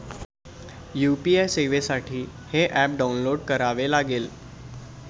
UPI सेवेसाठी हे app download करावे लागेल